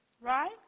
Right